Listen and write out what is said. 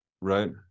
right